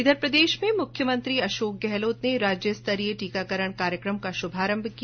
इधर प्रदेश में मुख्यमंत्री अशोक गहलोत राज्य स्तरीय टीकाकरण कार्यक्रम का शुभारंभ किया